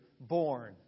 born